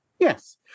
Yes